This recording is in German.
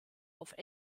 auf